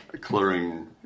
clearing